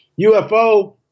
UFO